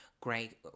great